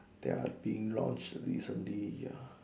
there are being launched recently ya